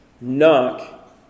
Knock